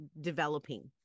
developing